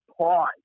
pause